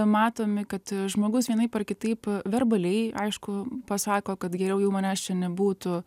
matomi kad žmogus vienaip ar kitaip verbaliai aišku pasako kad geriau jau manęs čia nebūtų